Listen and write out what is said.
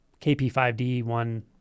KP5D1